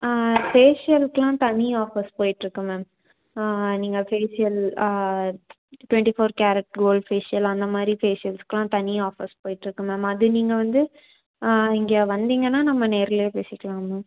ஃபேஷியலுக்குலாம் தனி ஆஃபர்ஸ் போயிட்டிருக்கு மேம் நீங்கள் facial twenty four carat gold facial அந்த மாதிரி ஃபேஷியல்ஸ்க்குலாம் தனி ஆஃபர்ஸ் போயிட்டிருக்கு மேம் அது நீங்கள் வந்து இங்கே வந்திங்கன்னால் நம்ம நேரிலையே பேசிக்கலாம் மேம்